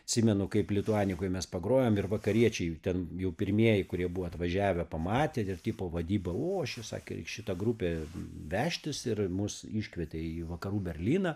atsimenu kaip lituanikoj mes pagrojom ir vakariečiai ten jau pirmieji kurie buvo atvažiavę pamatė ir tipo vadyba o čia sakė reik šitą grupę vežtis ir mus iškvietė į vakarų berlyną